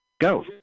Go